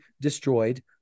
destroyed